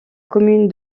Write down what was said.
commune